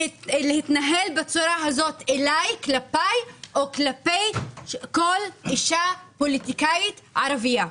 להתנהל בצורה הזאת כלפי או כלפי כל אישה פוליטיקאית ערבייה.